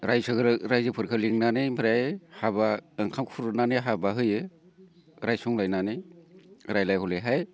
रायजोफोरखो लिंनानै ओमफ्राय हाबा ओंखाम खुरनानै हाबा होयो रायसंलायनानै रायलाय हुलाय हाय